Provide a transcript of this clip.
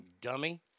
Dummy